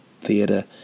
theatre